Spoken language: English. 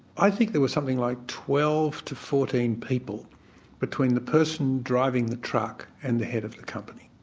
i think there was something like twelve to fourteen people between the person driving the truck and the head of the company.